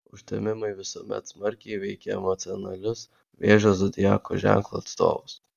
užtemimai visuomet smarkiai veikia emocionalius vėžio zodiako ženklo atstovus